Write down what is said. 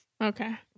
Okay